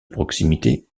proximité